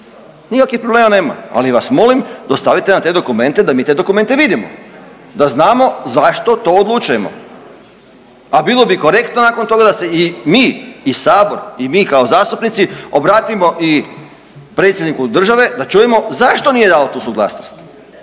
Nikakvih problema nema. Ali vas molim dostavite nam te dokumente da mi te dokumente vidimo, da znamo zašto to odlučujemo. A bilo bi korektno nakon toga da se i mi i Sabor i mi kao zastupnici obratimo i predsjedniku države da čujemo zašto nije dao tu suglasnost.